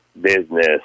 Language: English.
business